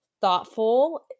thoughtful